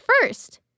first